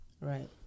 Right